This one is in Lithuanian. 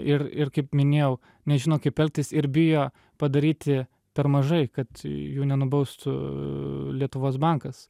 ir ir kaip minėjau nežino kaip elgtis ir bijo padaryti per mažai kad jų nenubaustų lietuvos bankas